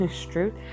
truth